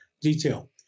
detail